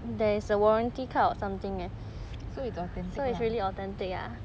so it's authentic lah then